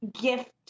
gift